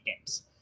games